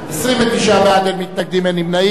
בעד, 29, אין מתנגדים, אין נמנעים.